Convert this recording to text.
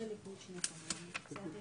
כן.